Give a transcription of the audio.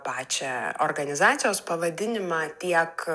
pačią organizacijos pavadinimą tiek